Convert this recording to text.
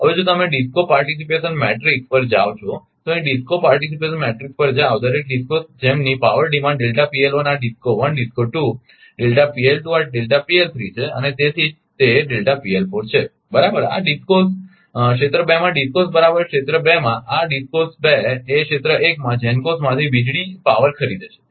હવે જો તમે અહીં ડિસ્કો પાર્ટિસીપેશન મેટ્રિક્સ પર જાઓ છો તો અહીં ડિસ્કો પાર્ટિસીપેશન મેટ્રિક્સ પર જાઓ દરેક DISCOs જેમની પાવર ડીમાન્ડ આ DISCO 1 DISCO 2 આ છે અને તેથી તે છે બરાબર તેથી આ DISCOs ક્ષેત્ર 2 માં DISCOs બરાબર ક્ષેત્ર 2 માં આ DISCOs 2 એ ક્ષેત્ર 1 માં GENCOs માંથી વીજળીપાવર ખરીદે છે